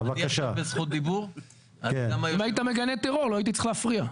אז אין צורך בקיומה של תוכנית כוללנית או תוכנית כוללת,